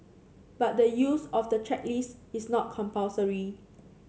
but the use of the checklist is not compulsory